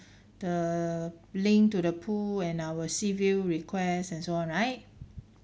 the link to the pool and our seaview request and so on right